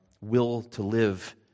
will-to-live